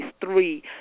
three